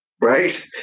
Right